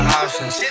options